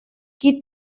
qui